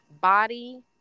body